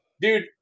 dude